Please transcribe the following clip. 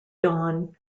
dawn